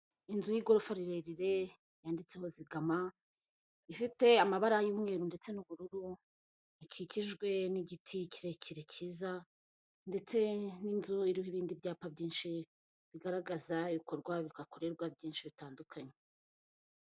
Inzu y'igorofa rirerire yanditseho zikama, ifite amabara y'umweru ndetse n'ubururu, bikikijwe n'igiti kirekire kiza ndetse n'inzu iriho ibindi byapa byinshi bigaragaza ibikorwa bihakorerwa byinshi bitandukanye.